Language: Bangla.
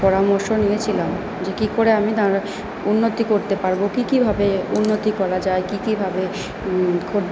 পরামর্শ নিয়েছিলাম যে কী করে আমি উন্নতি করতে পারবো কী কী ভাবে উন্নতি করা যায় কী কী ভাবে খুব